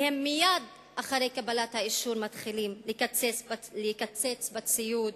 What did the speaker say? ומייד אחרי קבלת האישור הן מתחילות לקצץ בציוד,